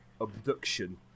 Abduction